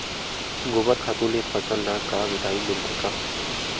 गोबर खातु ले फसल ल का विटामिन मिलथे का?